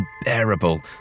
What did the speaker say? unbearable